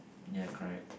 ya correct